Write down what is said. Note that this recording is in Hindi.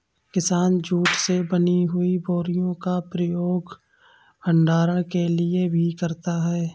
किसान जूट से बनी हुई बोरियों का प्रयोग भंडारण के लिए भी करता है